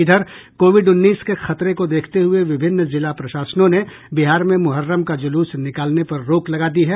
इधर कोविड उन्नीस के खतरे को देखते हुए विभिन्न जिला प्रशासनों ने बिहार में मुहर्रम का ज़ुलूस निकालने पर रोक लगा दी है